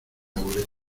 goleta